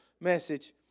message